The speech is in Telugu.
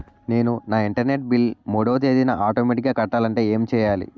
నేను నా ఇంటర్నెట్ బిల్ మూడవ తేదీన ఆటోమేటిగ్గా కట్టాలంటే ఏం చేయాలి?